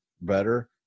better